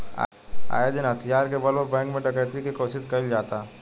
आये दिन हथियार के बल पर बैंक में डकैती के कोशिश कईल जाता